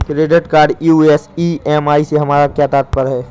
Credit card US EMI से हमारा क्या तात्पर्य है?